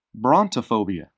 brontophobia